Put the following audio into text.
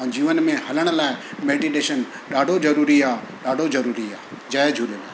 ऐं जीवन में हलण लाइ मैडिटेशन ॾाढो ज़रूरी आहे ॾाढो ज़रूरी आहे जय झूलेलाल